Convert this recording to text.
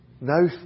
Now